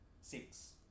Six